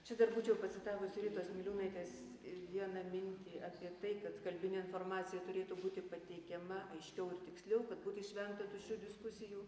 čia dar būčiau pacitavusi ritos miliūnaitės vieną mintį apie tai kad kalbinė informacija turėtų būti pateikiama aiškiau ir tiksliau kad būtų išvengta tuščių diskusijų